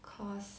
cause